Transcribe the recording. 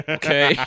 okay